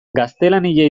gaztelania